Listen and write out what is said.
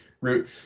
route